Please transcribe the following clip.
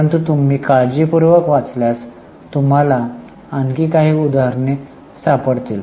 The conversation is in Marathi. परंतु तुम्ही काळजीपूर्वक वाचल्यास तुम्हाला आणखी काही उदाहरणे सापडतील